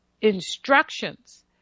instructions